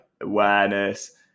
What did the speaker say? awareness